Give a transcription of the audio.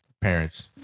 parents